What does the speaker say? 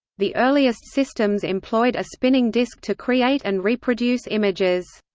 the earliest systems employed a spinning disk to create and reproduce images.